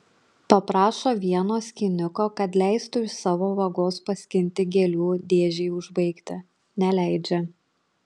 paprašo vieno skyniko kad leistų iš savo vagos paskinti gėlių dėžei užbaigti neleidžia